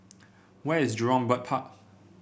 where is Jurong Bird Park